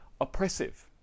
oppressive